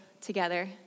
together